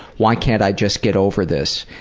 why can't i just get over this.